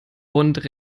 und